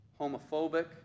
homophobic